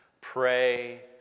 Pray